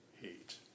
hate